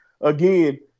again